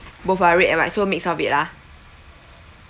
both ah red and white so mix of it ah